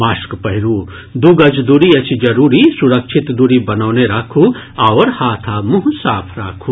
mask पहिरू दू गज दूरी अछि जरूरी सुरक्षित दूरी बनौने राखू आओर हाथ आ मुंह साफ राखू